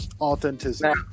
authenticity